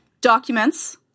Documents